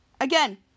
Again